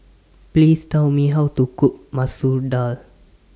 Please Tell Me How to Cook Masoor Dal